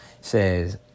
says